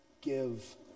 give